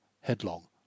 headlong